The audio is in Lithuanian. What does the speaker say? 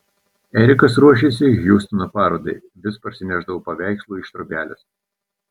erikas ruošėsi hjustono parodai vis parsinešdavo paveikslų iš trobelės